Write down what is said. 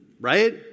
right